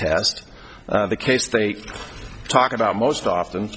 test the case they talk about most often